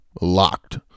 locked